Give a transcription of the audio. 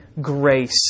grace